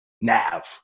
Nav